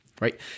Right